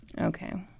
Okay